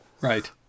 Right